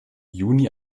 juni